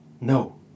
No